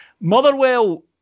Motherwell